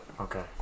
okay